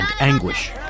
anguish